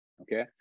Okay